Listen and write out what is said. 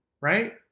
Right